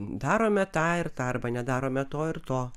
darome tą ir tą arba nedarome to ir to